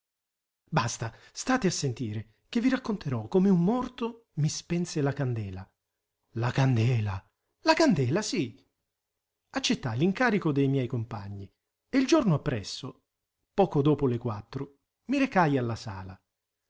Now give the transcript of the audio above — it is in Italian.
basta state a sentire che vi racconterò come un morto mi spense la candela la candela la candela sì accettai l'incarico dei miei compagni e il giorno appresso poco dopo le quattro mi recai alla sala